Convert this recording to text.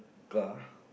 car